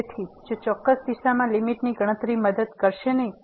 તેથી કોઈ ચોક્કસ દિશામાં લીમીટની ગણતરી મદદ કરશે નહીં